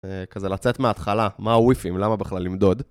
כזה לצאת מההתחלה, מה הוויפים, למה בכלל למדוד.